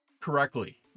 correctly